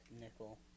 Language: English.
Nickel